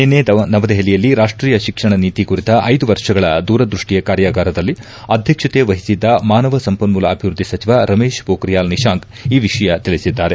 ನಿನ್ನೆ ನವದೆಹಲಿಯಲ್ಲಿ ರಾಷ್ಟೀಯ ಶಿಕ್ಷಣ ನೀತಿ ಕುರಿತ ಐದು ವರ್ಷಗಳ ದೂರದ್ವಷ್ಟಿಯ ಕಾರ್ಯಾಗಾರದಲ್ಲಿ ಅಧ್ಯಕ್ಷತೆ ವಹಿಸಿದ್ದ ಮಾನವ ಸಂಪನ್ಮೂಲ ಅಭಿವೃದ್ದಿ ಸಚಿವ ರಮೇಶ್ ಪೋಖ್ರಿಯಾಲ್ ನಿಶಾಂಕ್ ಈ ವಿಷಯ ತಿಳಿಸಿದ್ದಾರೆ